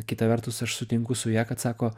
kita vertus aš sutinku su ja kad sako